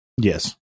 yes